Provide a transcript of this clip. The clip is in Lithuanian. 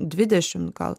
dvidešimt gal